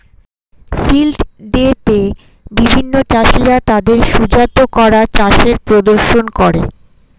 field day তে বিভিন্ন চাষীরা তাদের সুজাত করা চাষের প্রদর্শন করে